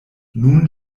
nun